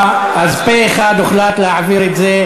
התשע"ג 2013,